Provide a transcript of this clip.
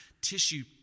tissue